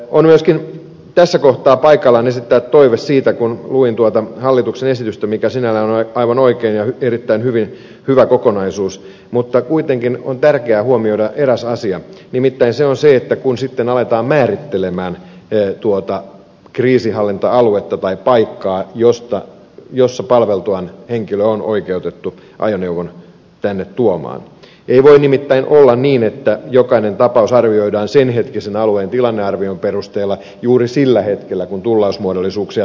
on myöskin tässä kohtaa paikallaan esittää toive siitä kun luin tuota hallituksen esitystä joka sinällään on aivan oikea ja erittäin hyvä kokonaisuus mutta kuitenkin on tärkeää huomioida eräs asia että kun sitten aletaan määrittelemään tuota kriisinhallinta aluetta tai paikkaa jossa palveltuaan henkilö on oikeutettu ajoneuvon tänne tuomaan ei voi nimittäin olla niin että jokainen tapaus arvioidaan sen hetkisen alueen tilannearvion perusteella juuri sillä hetkellä kun tullausmuodollisuuksia täällä tehdään